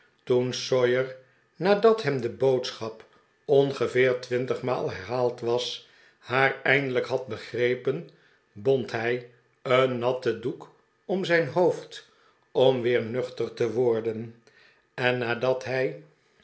toen sawyer nadat hem de boodschap ongeveer twintigmaal herhaald was haar eindelijk had begrepen bond hij een natten doek om zijn hoofd om weer nuchter te worden en nadat hij